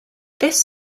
this